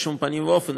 בשום פנים ואופן,